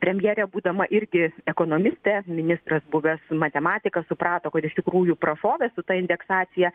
premjerė būdama irgi ekonomistė ministras buvęs matematikas suprato kad iš tikrųjų prašovė su ta indeksacija